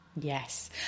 yes